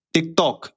TikTok